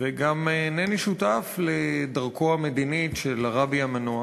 וגם אינני שותף לדרכו המדינית של הרבי המנוח.